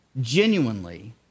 genuinely